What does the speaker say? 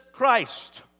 Christ